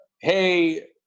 Hey